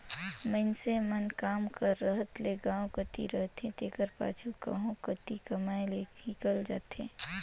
मइनसे मन काम कर रहत ले गाँव कती रहथें तेकर पाछू कहों कती कमाए लें हिंकेल जाथें